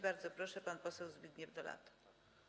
Bardzo proszę, pan poseł Zbigniew Dolata.